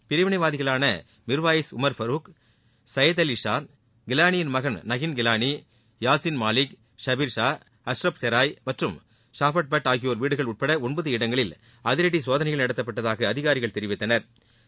பிரிவினைவாதிகளான மிர்வாய்ஸ் உமர் ஃபருக் சையது அலி ஷா கிலானியின் மகன் நஹின் கிலானி யாசீன் மாலிக் ஷபிர் ஷா அஷ்ரப் செராய் மற்றும் ஃஸாபர் பட் ஆகியோரின் வீடுகள் உட்பட ஒன்பது இடங்களில் அதிரடி சோதனைகள் நடத்தப்பட்டதாக அதிகாரிகள் தெரிவித்தனா்